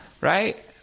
right